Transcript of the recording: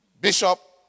Bishop